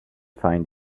find